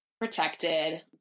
protected